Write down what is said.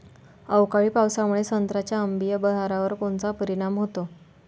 अवकाळी पावसामुळे संत्र्याच्या अंबीया बहारावर कोनचा परिणाम होतो?